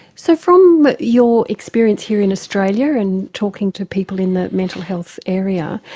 so from your experience here in australia and talking to people in the mental health area,